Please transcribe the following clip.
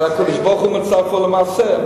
והקדוש-ברוך-הוא מצרף למעשה,